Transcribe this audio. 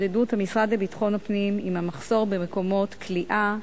כחלק מהתמודדות המשרד לביטחון הפנים עם המחסור במקומות כליאה,